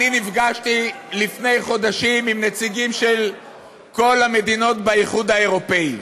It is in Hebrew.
אני נפגשתי לפני חודשים עם נציגים של כל המדינות באיחוד האירופי.